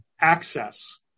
access